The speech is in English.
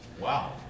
Wow